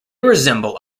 resemble